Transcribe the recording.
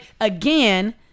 again